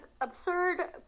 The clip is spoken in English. absurd